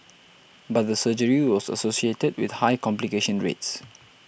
but the surgery was associated with high complication rates